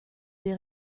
des